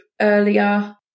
earlier